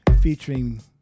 featuring